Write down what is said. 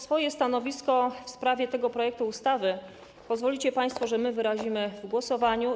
Swoje stanowisko w sprawie tego projektu ustawy, pozwolicie państwo, wyrazimy w głosowaniu.